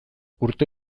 urte